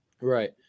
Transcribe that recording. Right